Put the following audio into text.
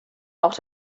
auch